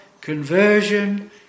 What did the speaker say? conversion